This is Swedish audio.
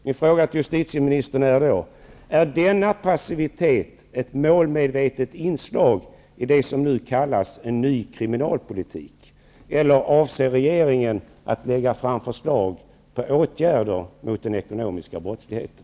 Min fråga till justitieministern blir då: Är denna passivitet ett målmedvetet inslag i det som nu kallas ''En ny kriminalpolitik'', eller avser regeringen att lägga fram förslag till åtgärder mot den ekonomiska brottsligheten?